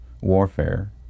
warfare